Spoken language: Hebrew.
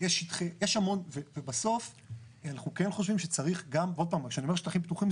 כשאני אומר שטחים פתוחים,